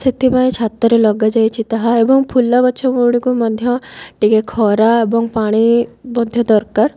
ସେଥିପାଇଁ ଛାତରେ ଲଗାଯାଇଛି ତାହା ଏବଂ ଫୁଲ ଗଛଗୁଡ଼ିକୁ ମଧ୍ୟ ଟିକେ ଖରା ଏବଂ ପାଣି ମଧ୍ୟ ଦରକାର